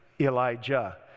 Elijah